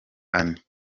annie